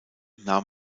nahm